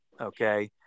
okay